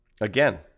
Again